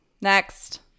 Next